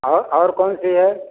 औ ओर कौन सी है